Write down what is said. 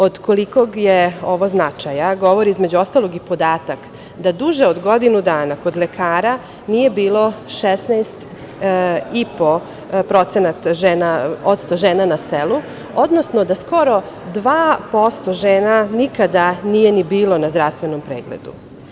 Od kolikog je ovo značaja, govori između ostalog i podatak da duže od godinu dana kod lekara nije bilo 16,5% žena na selu, odnosno da skoro 2% žena nikada nije ni bilo na zdravstvenom pregledu.